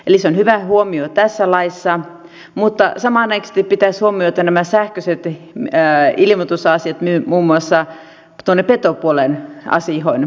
eli se on hyvä huomio tässä laissa mutta samanaikaisesti pitäisi huomioida nämä sähköiset ilmoitusasiat muun muassa tuonne petopuolen asioihin